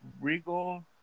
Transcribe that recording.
Regal